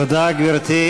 בבקשה.